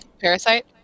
Parasite